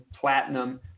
platinum